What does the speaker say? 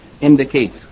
indicates